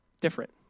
different